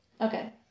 Okay